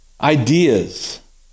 ideas